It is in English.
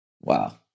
Wow